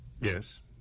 Yes